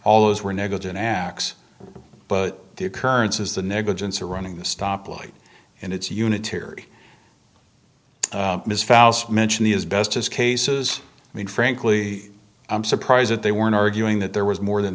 all those were negligent acts but the occurrence is the negligence or running the stop light and it's unitary mention the as best as cases i mean frankly i'm surprised that they weren't arguing that there was more than